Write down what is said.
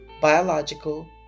biological